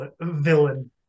villain